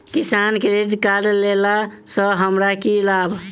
किसान credit card लेला सऽ हमरा की लाभ?